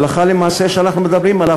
הלכה למעשה שאנחנו מדברים עליו,